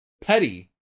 petty